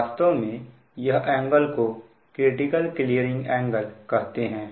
वास्तव में यह एंगल को क्रिटिकल क्लीयरिंग एंगल कहते हैं